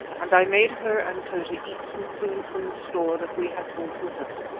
and i made her and tota eat some food from the store that we had brought with us.